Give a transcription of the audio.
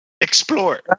Explore